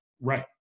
Right